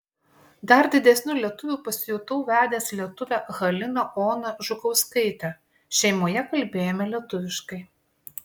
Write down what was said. dar didesniu lietuviu pasijutau vedęs lietuvę haliną oną žukauskaitę šeimoje kalbėjome lietuviškai